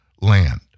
land